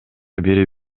бири